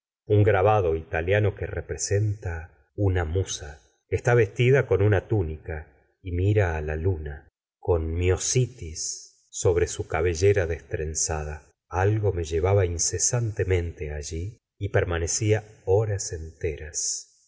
un grabado italiano que representa una musa está vestida con una túnica y mira á la luna con mi stis sobre su cabellera destrenzada algo me llevaba incesantemente alli y permanecía horas en